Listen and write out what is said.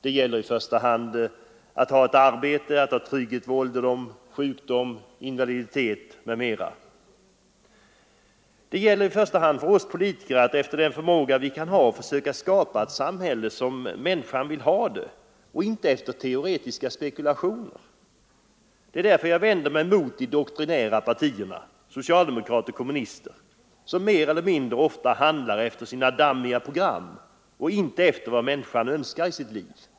Det gäller i första hand att ha ett arbete, att ha trygghet vid ålderdom, sjukdom, invaliditet m.m. För oss politiker gäller det främst att efter vår förmåga söka skapa ett samhälle som människan vill ha och inte ett samhälle på grundval av teoretiska spekulationer. Det är därför jag vänder mig mot de doktrinära partierna — socialdemokrater och kommunister — som mer eller mindre handlar efter sina dammiga program och inte efter vad människan önskar av sitt liv.